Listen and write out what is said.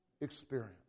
experience